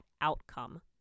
outcome